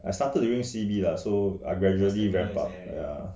I started during C_B lah so are gradually wrap up your stamina is there already